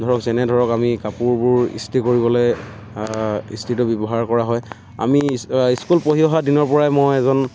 ধৰক যেনে ধৰক আমি কাপোৰবোৰ ইস্ত্ৰি কৰিবলে ইস্ত্ৰিটো ব্যৱহাৰ কৰা হয় আমি স্কুল পঢ়ি দিনৰ পৰাই মই এজন